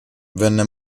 venne